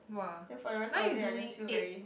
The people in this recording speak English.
then for the rest of the day I just feel very